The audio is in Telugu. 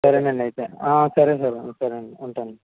సరేనండి అయితే సరే సార్ ఉంటాను అండి ఉంటాను